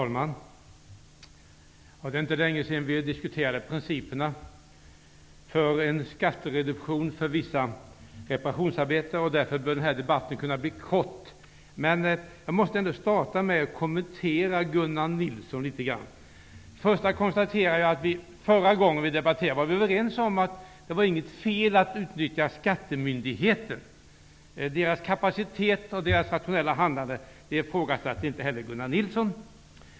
Herr talman! Det är inte länge sedan vi diskuterade principerna för en skattereduktion för vissa reparationsarbeten. Därför bör den här debatten kunna bli kort. Men jag måste ändå starta med att kommentera Gunnar Nilsson litet grand. Jag konstaterar att vi förra gången vi debatterade var överens om att det inte var fel att utnyttja skattemyndigheten, dess kapacitet och rationella handlande. Det ifrågasatte inte Gunnar Nilsson.